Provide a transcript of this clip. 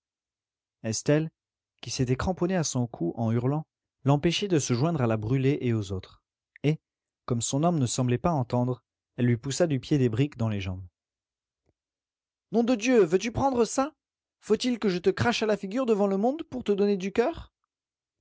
estelle qui s'était cramponnée à son cou en hurlant l'empêchait de se joindre à la brûlé et aux autres et comme son homme ne semblait pas entendre elle lui poussa du pied des briques dans les jambes nom de dieu veux-tu prendre ça faut-il que je te crache à la figure devant le monde pour te donner du coeur